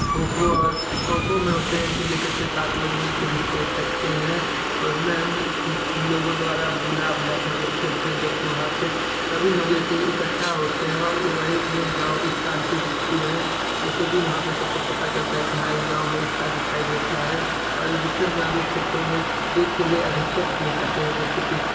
खो खो और खो खो में होते हैं कि जैसे छः सात लोग मिल के भी खेल सकते हैं और उनमें अन्य लोगो द्वारा बुला बुला के हम लोग खेलते हैं जब कि वहाँ पे सभी लोग एक ही इकठ्ठा होते हैं और वहीं में गाँव की शांति दिखती है जैसे कि वहाँ पे सबको पता चलता है कि हाँ इस गाँव मे एकता दिखाई देता है और अधिकतर ग्रामीण क्षेत्रों में ये खेले अधिकतर खेले जाते हैं जैसे कि